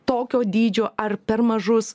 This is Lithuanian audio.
tokio dydžio ar per mažus